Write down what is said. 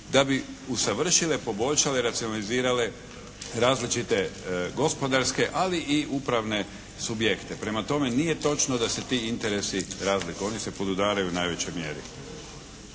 da bi usavršile, poboljšale, racionalizirale različite gospodarske ali i upravne subjekte. Prema tome, nije točno da se ti interesi razlikuju. Oni se podudaraju u najvećoj mjeri.